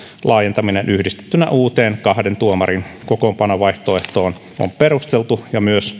laajentaminen yhdistettynä uuteen kahden tuomarin kokoonpanovaihtoehtoon on perusteltu ja myös